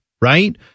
right